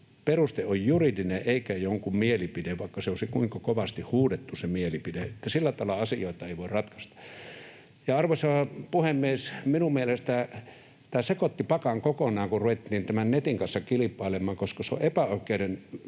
peruste on juridinen eikä jonkun mielipide, vaikka se olisi kuinka kovasti huudettu se mielipide — sillä tavalla asioita ei voi ratkaista. Arvoisa puhemies! Minun mielestäni tämä sekoitti pakan kokonaan, kun ruvettiin tämän netin kanssa kilpailemaan, koska se on epäoikeudenmukainen